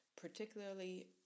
particularly